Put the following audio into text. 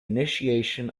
initiation